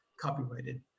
Copyrighted